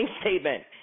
statement